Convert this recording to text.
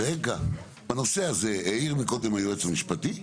רגע, בנושא הזה, העיר מקודם היועץ המשפטי,